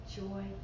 joy